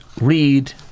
read